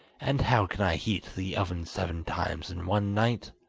and how can i heat the oven seven times in one night